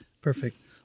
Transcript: Perfect